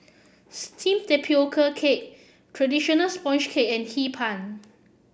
steamed Tapioca Cake traditional sponge cake and Hee Pan